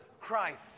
Christ